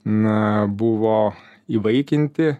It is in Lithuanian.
na buvo įvaikinti